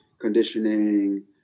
conditioning